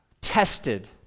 tested